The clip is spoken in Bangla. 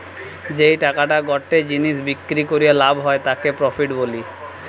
যেই টাকাটা গটে জিনিস বিক্রি করিয়া লাভ হয় তাকে প্রফিট বলে